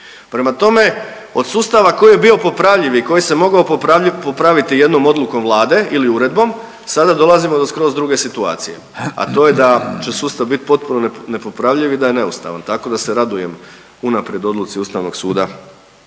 koeficijent. Od sustava koji je bio popravljiv koji se mogao popraviti jednom odlukom Vlade ili uredbom sada dolazimo do skroz druge situacije, a to je da će sustav biti potpuno nepopravljiv i da je neustavan. Tako da se radujem unaprijed odluci Ustavnog suda